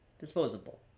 disposable